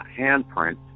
handprint